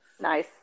Nice